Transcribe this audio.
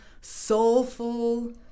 soulful